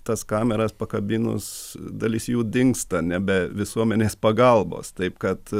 tas kameras pakabinus dalis jų dingsta nebe visuomenės pagalbos taip kad